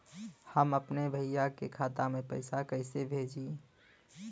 हम अपने भईया के खाता में पैसा कईसे भेजी?